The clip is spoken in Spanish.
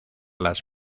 las